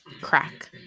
Crack